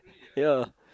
ya